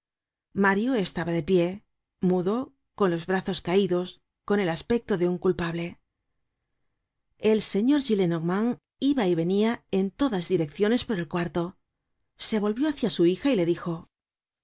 mario estaba de pie mudo con los brazos caidos con el aspecto de un culpable content from google book search generated at el señor gillenormand iba y venia en todas direcciones por el cuarto se volvió hácia su hija y le dijo